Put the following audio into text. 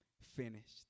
finished